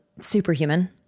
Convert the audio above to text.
Superhuman